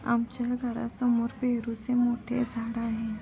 आमच्या घरासमोर पेरूचे मोठे झाड आहे